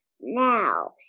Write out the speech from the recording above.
now